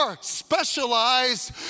specialized